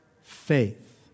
faith